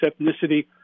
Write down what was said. ethnicity